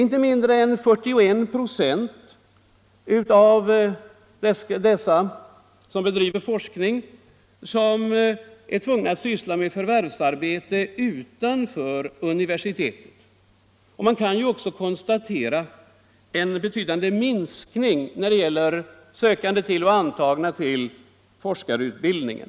Inte mindre än 41 96 av dem som bedriver forskning är tvungna att syssla med förvärvsarbete utanför universitetet. Man kan också konstatera en betydande minskning av antalet sökande till forskarutbildningen.